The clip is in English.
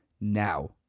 Now